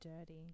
dirty